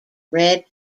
red